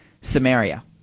Samaria